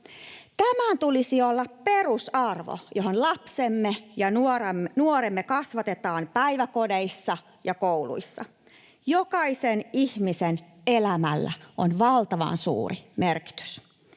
Tämän tulisi olla perusarvo, johon lapsemme ja nuoremme kasvatetaan päiväkodeissa ja kouluissa. Jokaisen ihmisen elämällä on valtavan suuri merkitys.